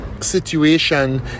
situation